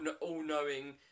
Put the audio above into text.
all-knowing